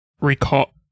recall